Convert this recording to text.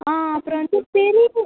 ஆ அப்புறம் வந்து பெரிய